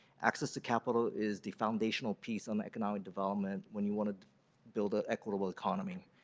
access to capitol is the foundational piece on the economic development when you want to build ah equitable economy.